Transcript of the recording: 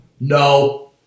No